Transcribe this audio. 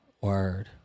Word